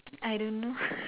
I don't know